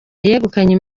yegukanye